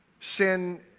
Sin